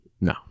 No